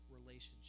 relationship